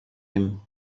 him